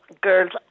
girls